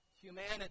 humanity